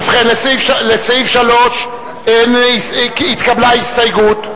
ובכן, לסעיף 3 התקבלה הסתייגות.